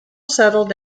settled